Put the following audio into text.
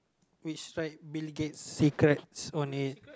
which write Bill Gate's secrets on it